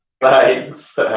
Thanks